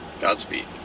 Godspeed